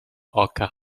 oka